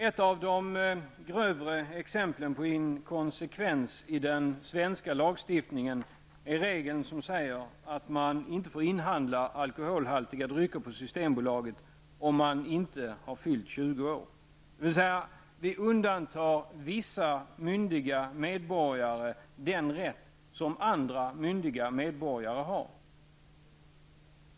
Ett av de grövre exemplen på inkonsekvens i den svenska lagstiftningen är regeln som säger att man inte får inhandla alkoholhaltiga drycker på Systembolaget om man inte har fyllt 20 år. Dvs., vi undantar vissa myndiga medborgare den rätt som andra myndiga medborgare har.